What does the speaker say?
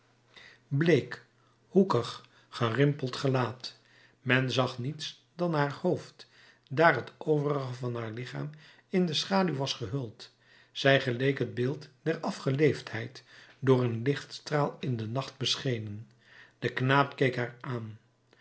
bleek hoekig gerimpeld gelaat men zag niets dan haar hoofd daar t overige van haar lichaam in de schaduw was gehuld zij geleek het beeld der afgeleefdheid door een lichtstraal in den nacht beschenen de knaap keek haar aan